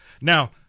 Now